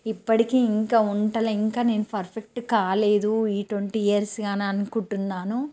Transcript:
ఇప్పడికి ఇంకా వంటలు ఇంకా నేను ఫర్ఫెక్ట్ కాలేదు ఈ ట్వంటీ ఇయర్స్గా అని అనుకుంటున్నాను